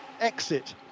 exit